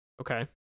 Okay